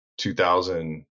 2000